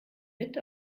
mit